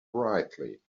brightly